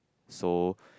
so